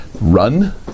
run